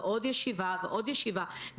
ועוד ישיבה ועוד ישיבה?